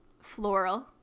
floral